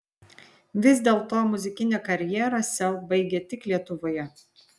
vis dėlto muzikinę karjerą sel baigia tik lietuvoje